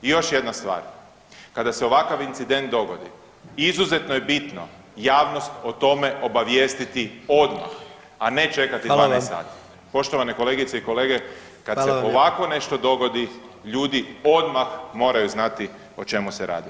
I još jedna stvar, kada se ovakav incident dogodi izuzetno je bitno javnost o tome obavijestiti odmah, a ne čekati 12 sati [[Upadica predsjednik: Hvala vam.]] Poštovane kolegice i kolege, kad se ovako nešto dogodi ljudi odmah moraju znati o čemu se radi.